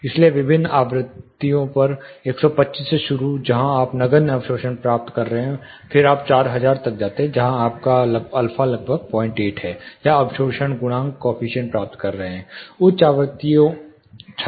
इसलिए विभिन्न आवृत्ति पर 125 से शुरू जहां आप नगण्य अवशोषण प्राप्त कर रहे हैं फिर आप 4000 तक जाते हैं जहाँ आप लगभग 08 अल्फा या अवशोषण गुणांक प्राप्त कर रहे हैं